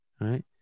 Right